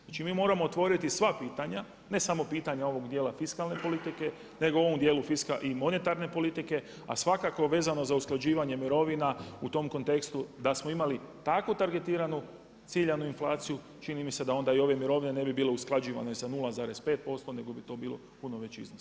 Znači mi moramo otvoriti sva pitanja, ne samo pitanja ovog dijela fiskalne politike, nego u ovom dijelu i monetarne politike, a svakako vezano za usklađivanje mirovina, u tom kontekstu da smo imali takvu targetiranu, ciljanu inflaciju, čini mi se da onda i ove mirovine ne bi bile usklađivane sa 0,55 nego bi to bio puno veći iznos.